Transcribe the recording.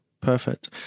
perfect